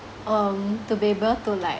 um to be able to like